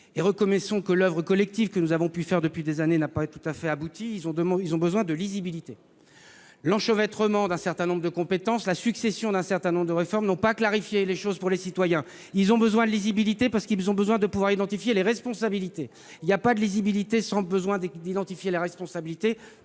et reconnaissons que l'oeuvre collective mise en oeuvre depuis quelques années n'a pas tout à fait abouti, ils souhaitent davantage de lisibilité. L'enchevêtrement d'un certain nombre de compétences, la succession d'un certain nombre de réformes n'ont pas clarifié les choses. Les citoyens ont besoin de lisibilité, parce qu'ils ont besoin de pouvoir identifier les responsabilités. Il n'y a pas de lisibilité possible sans identification des responsables,